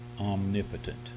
omnipotent